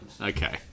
Okay